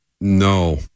no